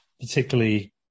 particularly